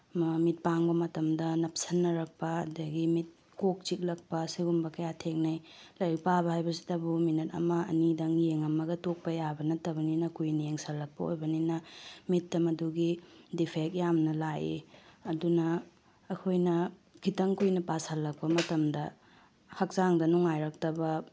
ꯃꯤꯠ ꯄꯥꯡꯕ ꯃꯇꯝꯗ ꯅꯞꯁꯤꯟꯅꯔꯛꯄ ꯑꯗꯒꯤ ꯃꯤꯠ ꯀꯣꯛ ꯆꯤꯛꯂꯛꯄ ꯁꯤꯒꯨꯝꯕ ꯀꯌꯥ ꯊꯦꯡꯅꯩ ꯂꯥꯏꯔꯤꯛꯄꯕ ꯍꯥꯏꯕꯁꯤꯇꯕꯨ ꯃꯤꯅꯠ ꯑꯃ ꯑꯅꯤꯗꯪ ꯌꯦꯡꯉꯝꯃꯒ ꯇꯣꯛꯄ ꯌꯥꯕ ꯅꯠꯇꯕꯅꯤꯅ ꯀꯨꯏꯅ ꯌꯦꯡꯁꯤꯟꯂꯛꯄ ꯑꯣꯏꯕꯅꯤꯅ ꯃꯤꯠꯇ ꯃꯗꯨꯒꯤ ꯗꯤꯐꯦꯛ ꯌꯥꯝꯅ ꯂꯥꯛꯏ ꯑꯗꯨꯅ ꯑꯩꯈꯣꯏꯅ ꯈꯤꯇꯪ ꯀꯨꯏꯅ ꯄꯥꯁꯤꯜꯂꯛꯄ ꯃꯇꯝꯗ ꯍꯛꯆꯥꯡꯗ ꯅꯨꯡꯉꯥꯏꯔꯛꯇꯕ